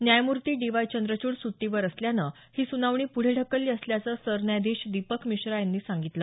न्यायमूर्ती D Y Chandrachud सुटीवर असल्यानं ही सुनावणी पुढे ढकलली असल्याचं सरन्यायाधीश दीपक मिश्रा यांनी सांगितलं